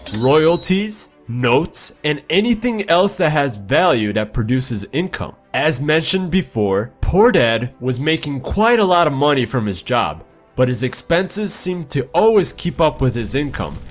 royalties, notes, and anything else that has value that produces income. as mentioned before, poor dad was making quite a lot of money from his job but his expenses seemed to always keep up with his income,